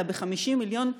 אלא ב-50 מיליון נוסף,